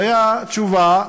והייתה תשובה,